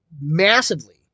massively